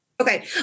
Okay